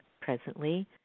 presently